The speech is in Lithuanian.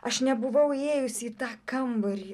aš nebuvau įėjusi į tą kambarį